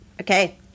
Okay